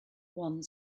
one